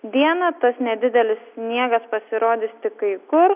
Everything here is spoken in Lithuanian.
dieną tas nedidelis sniegas pasirodys tik kai kur